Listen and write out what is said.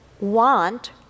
want